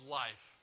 life